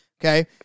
okay